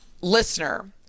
listener